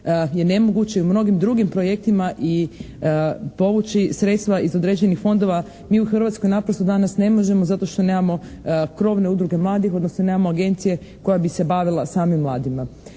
je nemoguće i u mnogim drugim projektima i povući sredstva iz određenih fondova. Mi u Hrvatskoj naprosto danas ne možemo zato što nemamo krovne udruge mladih, odnosno nemamo agencije koja bi se bavila samim mladima.